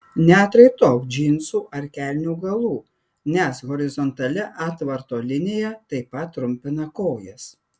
neatraitok džinsų ar kelnių galų nes horizontali atvarto linija taip pat trumpina kojas